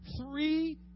three